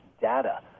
data